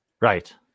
Right